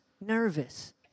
nervous